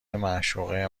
معشوقه